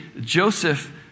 Joseph